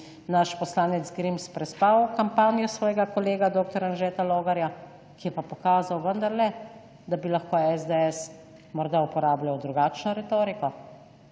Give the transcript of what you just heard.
naš poslanec Grims prespal kampanjo svojega kolega dr. Anžeta Logarja, ki je pa pokazal vendarle, da bi lahko SDS morda uporabljal drugačno retoriko,